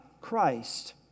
Christ